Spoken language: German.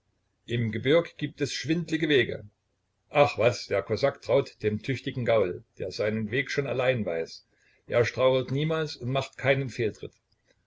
im gebirg gibt es schwindlige wege ach was der kosak traut dem tüchtigen gaul der seinen weg schon allein weiß er strauchelt niemals und macht keinen fehltritt